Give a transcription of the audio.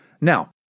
Now